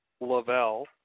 Lavelle